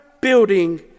building